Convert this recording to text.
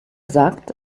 sagt